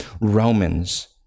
Romans